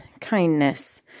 kindness